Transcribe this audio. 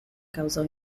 causò